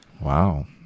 Wow